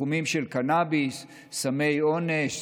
בתחומים של קנביס, סמי אונס,